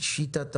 שיטת עבודה,